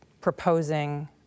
proposing